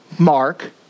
Mark